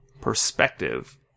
perspective